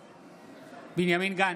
בעד בנימין גנץ,